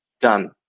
done